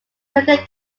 sugar